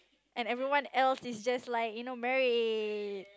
and everyone else is just like you know married